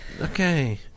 okay